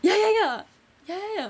ya ya ya ya ya ya